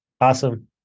Awesome